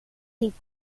niet